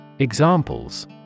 Examples